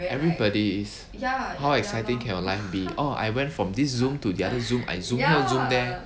everybody is how exciting can your life be orh I went from this zoom to the other zoom I zoom here zoom there